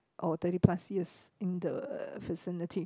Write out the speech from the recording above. or thirty plus years in the vicinity